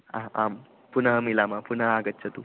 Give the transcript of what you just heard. अह् आं पुनः मिलामः पुनः आगच्छतु